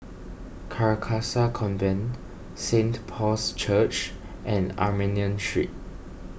Carcasa Convent Saint Paul's Church and Armenian Street